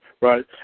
Right